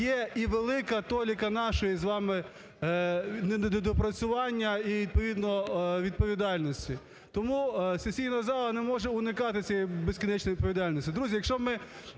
є і велика толіка нашого з вами недопрацювання і відповідно відповідальності. Тому сесійна зала не може уникати цієї безкінечної відповідальності. Друзі, якщо ми